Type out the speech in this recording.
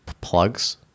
plugs